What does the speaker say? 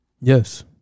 Yes